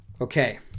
Okay